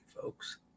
folks